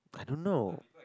don't know